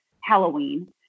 Halloween